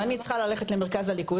ואני צריכה ללכת למרכז הליכוד,